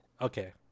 Okay